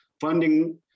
funding